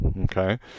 okay